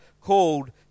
called